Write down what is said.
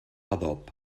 adob